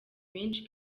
benshi